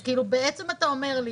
אז בעצם אתה אומר לי,